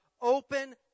open